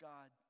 God